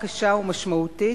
קשה ומשמעותית,